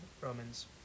Romans